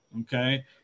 okay